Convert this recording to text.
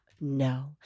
No